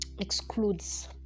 Excludes